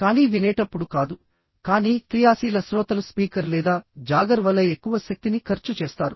కానీ వినేటప్పుడు కాదు కానీ క్రియాశీల శ్రోతలు స్పీకర్ లేదా జాగర్ వలె ఎక్కువ శక్తిని ఖర్చు చేస్తారు